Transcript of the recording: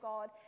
God